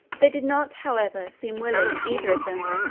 they did not, however, seem willing, either of them,